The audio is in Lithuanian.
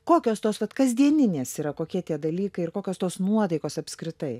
kokios tos kasdieninės yra kokie tie dalykai ir kokios tos nuotaikos apskritai